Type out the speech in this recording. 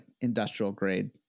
industrial-grade